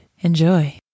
Enjoy